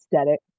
aesthetic